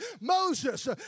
Moses